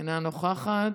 אינה נוכחת.